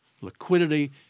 liquidity